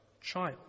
child